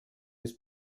des